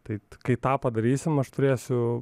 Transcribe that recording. tai kai tą padarysim aš turėsiu